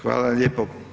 Hvala lijepo.